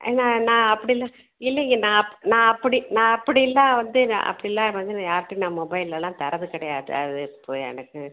ஏங்க நான் அப்படியெல்லாம் இல்லைங்க நான் அப் நான் அப்படி நான் அப்படிலாம் வந்து நான் அப்படியெல்லாம் வந்து நான் யார்கிட்டையும் நான் மொபைல்லெலாம் தர்றது கிடையாது அது இப்போது எனக்கு